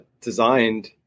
designed